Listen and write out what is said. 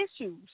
issues